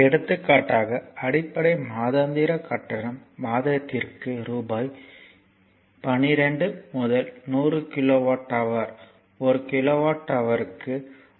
எடுத்துக்காட்டாக அடிப்படை மாதாந்திர கட்டணம் மாதத்திற்கு ரூபாய் 12 முதல் 100 கிலோவாட் ஹவர் ஒரு கிலோவாட் ஹவர்க்கு 1